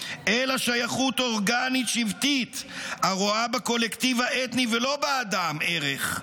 אלא שייכות אורגנית שבטית הרואה בקולקטיב האתני ולא באדם ערך,